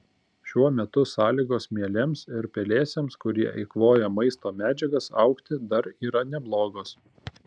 šiuo metu sąlygos mielėms ir pelėsiams kurie eikvoja maisto medžiagas augti dar yra neblogos